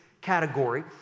category